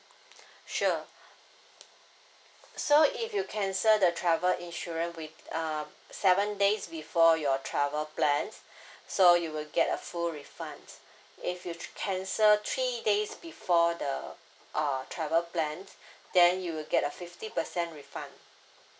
sure so if you cancel the travel insurance with um seven days before your travel plans so you will get a full refund if you th~ cancel three days before the uh travel plan then you will get a fifty percent refund